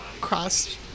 cross